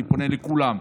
ואני פונה לכולם,